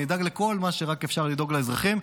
אני אדאג לכל מה שרק אפשר לדאוג לאזרחים,